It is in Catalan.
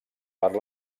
per